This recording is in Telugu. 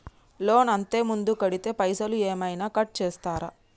లోన్ అత్తే ముందే కడితే పైసలు ఏమైనా కట్ చేస్తరా?